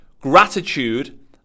gratitude